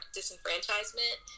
disenfranchisement